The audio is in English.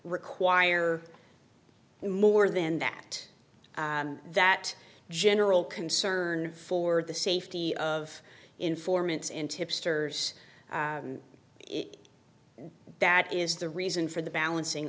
require more than that that general concern for the safety of informants in tipsters it that is the reason for the balancing